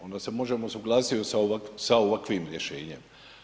Onda se može suglasiti sa ovakvim rješenjem.